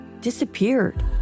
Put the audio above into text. disappeared